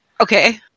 Okay